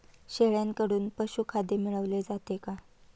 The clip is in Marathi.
शेळ्यांकडून पशुखाद्य मिळवले जाते का?